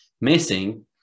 missing